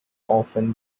often